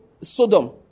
Sodom